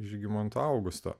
žygimanto augusto